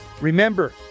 Remember